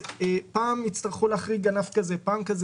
פעם יצטרכו להחריג ענף כזה, פעם ענף אחר.